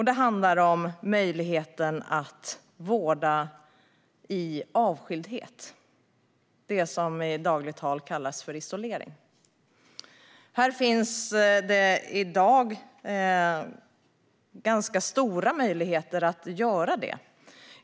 Det handlar om möjligheten att vårda någon i avskildhet, alltså det som i dagligt tal kallas för isolering. Det finns i dag ganska stora möjligheter att göra det.